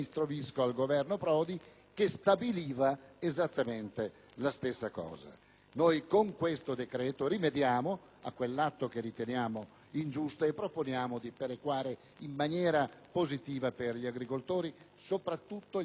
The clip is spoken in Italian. che stabiliva esattamente la stessa cosa. Con questo decreto-legge rimediamo a quell'atto che riteniamo ingiusto e proponiamo di perequare in maniera positiva per gli agricoltori, soprattutto quelli di montagna.